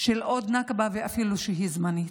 של עוד נכבה, אפילו שהיא זמנית.